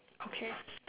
okay